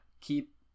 keep